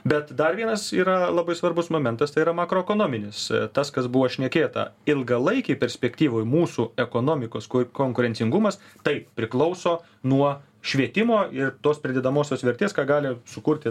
bet dar vienas yra labai svarbus momentas tai yra makroekonominis tas kas buvo šnekėta ilgalaikėj perspektyvoj mūsų ekonomikos konkurencingumas taip priklauso nuo švietimo ir tos pridedamosios vertės ką gali sukurti